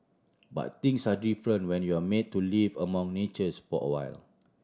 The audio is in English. but things are different when you're made to live among natures for awhile